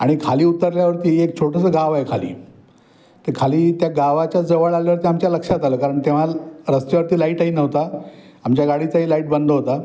आणि खाली उतरल्यावरती एक छोटंसं गाव आहे खाली ते खाली त्या गावाच्या जवळ आल्यावरती आमच्या लक्षात आलं कारण तेव्हा रस्त्यावरती लाईटही नव्हता आमच्या गाडीचाही लाईट बंद होता